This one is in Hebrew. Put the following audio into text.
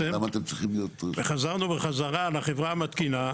חזרנו בחזרה לחברה המתקינה,